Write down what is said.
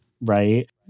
Right